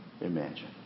imagine